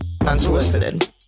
Unsolicited